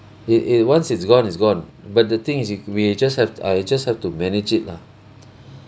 it it once it's gone it's gone but the thing is you we just have I just have to manage it lah